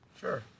sure